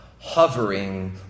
hovering